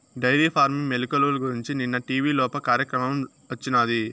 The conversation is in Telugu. డెయిరీ ఫార్మింగ్ మెలుకువల గురించి నిన్న టీవీలోప కార్యక్రమం వచ్చినాది